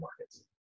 markets